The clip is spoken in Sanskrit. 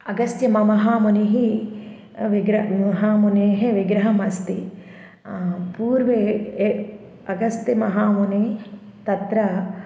अगस्त्यमहामुनेः विग्रहं महामुनेः विग्रहमस्ति पूर्वे ए अगस्त्यमहामुनिः तत्र